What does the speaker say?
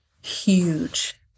huge